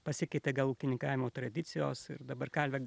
pasikeitė gal ūkininkavimo tradicijos ir dabar karvę